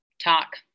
talk